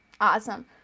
Awesome